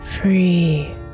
Free